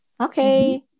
okay